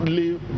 live